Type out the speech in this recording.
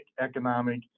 economic